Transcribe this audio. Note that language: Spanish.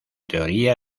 teoría